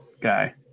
guy